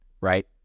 right